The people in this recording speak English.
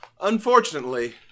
unfortunately